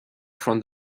for